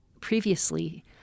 previously